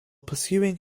pursuing